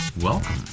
Welcome